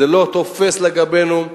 זה לא תופס לגבינו,